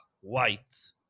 White